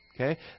Okay